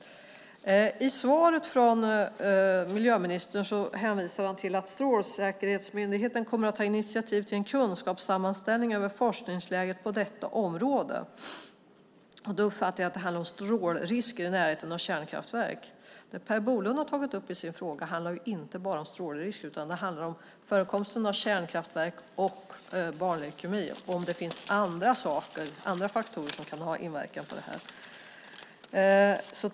I svaret från miljöministern hänvisar denne till att Strålsäkerhetsmyndigheten kommer att ta initiativ till en kunskapssammanställning över forskningsläget på detta område. Jag uppfattar att det handlar om strålrisker i närheten av kärnkraftverk. Det Per Bolund har tagit upp i sin fråga handlar inte bara om strålrisker, utan om förekomsten av kärnkraftverk och barnleukemi och om det finns andra faktorer som kan ha inverkan på det här.